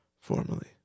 formally